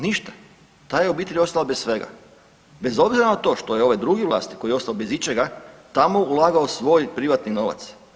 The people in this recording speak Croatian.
Ništa, ta je obitelj ostala bez svega bez obzira na to što je ovaj drugi vlasnik koji je ostao bez ičega tamo ulagao svoj privatni novac.